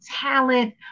talent